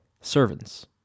servants